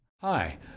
hi